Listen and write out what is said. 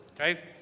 Okay